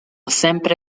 sempre